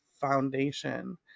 foundation